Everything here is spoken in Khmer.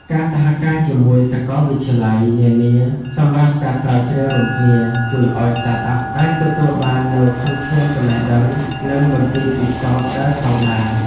ការសហការជាមួយសកលវិទ្យាល័យនានាសម្រាប់ការស្រាវជ្រាវរួមគ្នា ជួយឱ្យ Startup អាចទទួលបាននូវធនធានចំណេះដឹង និងមន្ទីរពិសោធន៍ដែលស្តង់ដារ។